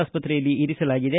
ಆಸ್ಪತ್ರೆಯಲ್ಲಿ ಇರಿಸಲಾಗಿದೆ